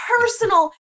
personal